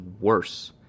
worse